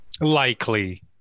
Likely